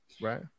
right